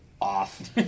Off